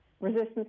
resistance